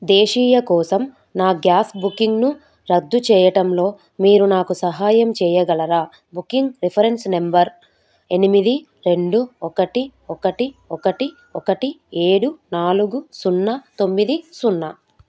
దేశీయ కోసం నా గ్యాస్ బుకింగ్ను రద్దు చేయటంలో మీరు నాకు సహాయం చేయగలరా బుకింగ్ రిఫరెన్స్ నెంబర్ ఎనిమిది రెండు ఒకటి ఒకటి ఒకటి ఒకటి ఏడు నాలుగు సున్నా తొమ్మిది సున్నా